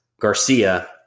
Garcia